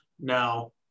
Now